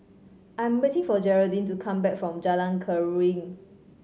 I am waiting for Jeraldine to come back from Jalan Keruing